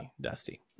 Dusty